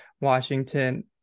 Washington